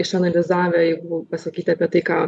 išanalizavę pasakyti apie tai ką